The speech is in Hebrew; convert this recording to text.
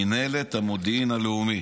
מינהלת המודיעין הלאומי.